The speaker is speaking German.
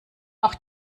auch